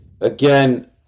Again